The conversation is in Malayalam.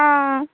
ആ